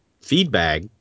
Feedback